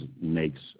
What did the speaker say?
makes